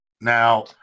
Now